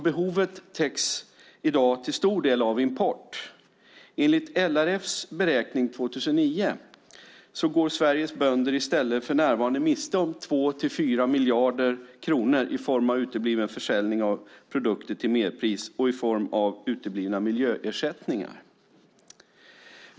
Behovet täcks i dag till stor del av import. Enligt LRF:s beräkning 2009 går Sveriges bönder i stället för närvarande miste om 2-4 miljarder kronor i form av utebliven försäljning av produkter till merpris och i form av uteblivna miljöersättningar.